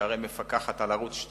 שהיא הרי מפקחת על ערוץ-2,